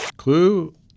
Clue